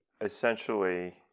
essentially